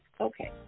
okay